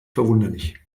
verwunderlich